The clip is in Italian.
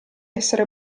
essere